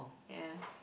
ya